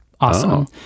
awesome